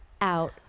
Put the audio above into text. out